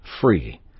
free